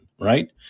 right